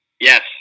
Yes